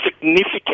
significant